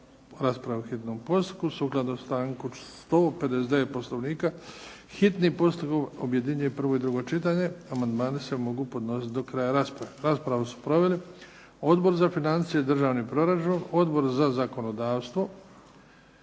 raspravi po hitnom postupku. Sukladno članku 159. Poslovnika hitni postupak objedinjuje prvo i drugo čitanje. Amandmani se mogu podnositi do kraja rasprave. Raspravu su proveli Odbor za financije i državni proračun, Odbor za zakonodavstvo,